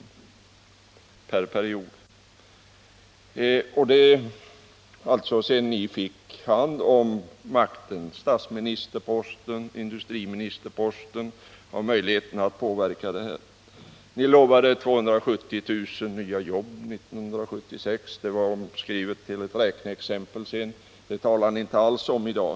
Detta har alltså skett då ni suttit vid makten och innehaft statsministerposten och industriministerposten och således haft möjligheter att påverka den här utvecklingen. Ni lovade 270 000 nya jobb 1976— det var vad ni kom fram till sedan ni gjort ett räkneexempel — men det talar ni inte alls om i dag.